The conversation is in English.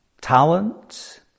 talent